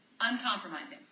uncompromising